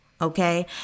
okay